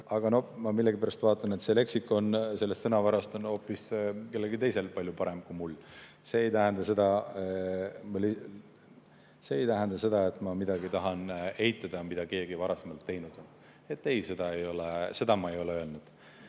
Aga ma millegipärast vaatan, et see leksikon selles sõnavaras on hoopis kellelgi teisel palju parem kui mul. See ei tähenda seda, et ma midagi tahan eitada, mida keegi varasemalt teinud on. Ei, seda ma ei ole öelnud.